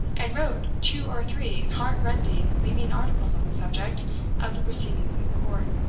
and wrote two or three heart-rending leading articles on the subject of the proceedings in court.